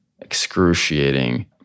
excruciating